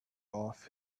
off